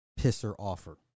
pisser-offer